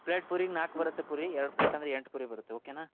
plate ಪೂರಿಗೆ ನಾಲ್ಕು ಬರುತ್ತೆ ಪೂರಿ ಎರಡು ಪ್ಲೇಟ್ ಅಂದರೆ ಎಂಟು ಪೂರಿ ಬರುತ್ತೆ ಓಕೆನಾ